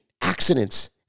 accidents